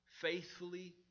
faithfully